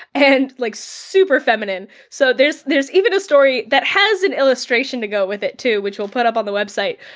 and like super feminine. so there's there's even a story, that has an illustration to go with it too, which we'll put up on the website,